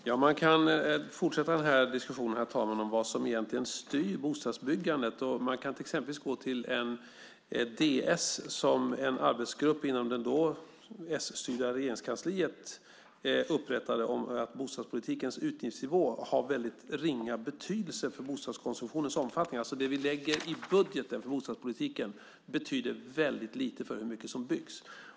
Herr talman! Man kan fortsätta denna diskussion om vad som egentligen styr bostadsbyggandet. Man kan exempelvis gå till en departementsskrivelse som en arbetsgrupp inom det då s-styrda Regeringskansliet upprättade om att bostadspolitikens utgiftsnivå har mycket ringa betydelse för bostadskonsumtionens omfattning, alltså att det som vi lägger i budgeten för bostadspolitiken betyder väldigt lite för hur mycket som byggs.